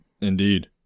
Indeed